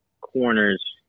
corners